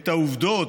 את העובדות,